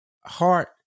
heart